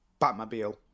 Batmobile